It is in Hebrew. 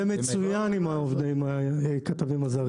זה מצוין עם הכתבים הזרים.